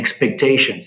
expectations